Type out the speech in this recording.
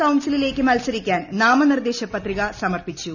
കൌൺസിലിലേക്ക് മത്സരിക്കാൻ നാമനിർദ്ദേശ പത്രിക സമർപ്പിച്ചു